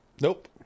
nope